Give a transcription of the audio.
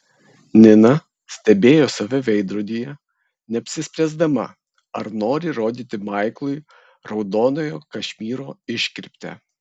nina stebėjo save veidrodyje neapsispręsdama ar nori rodyti maiklui raudonojo kašmyro iškirptę